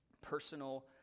Personal